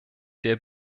der